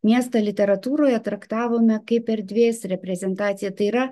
miestą literatūroje traktavome kaip erdvės reprezentaciją tai yra